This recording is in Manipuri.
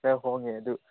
ꯈꯔ ꯍꯣꯡꯉꯦ ꯑꯗꯨ